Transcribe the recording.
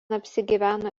apsigyveno